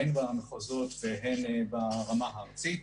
הן במחוזות והן ברמה הארצית.